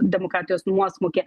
demokratijos nuosmukį